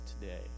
today